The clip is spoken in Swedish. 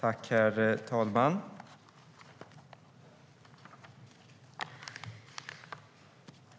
Herr talman!